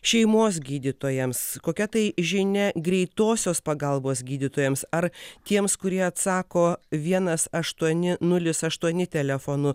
šeimos gydytojams kokia tai žinia greitosios pagalbos gydytojams ar tiems kurie atsako vienas aštuoni nulis aštuoni telefonu